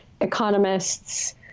economists